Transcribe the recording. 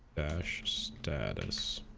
dash status